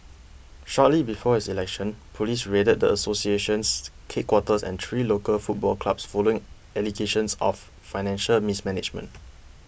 shortly before his election police raided the association's headquarters and three local football clubs following allegations of financial mismanagement